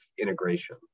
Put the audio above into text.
integration